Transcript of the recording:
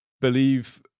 believe